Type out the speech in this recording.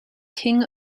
king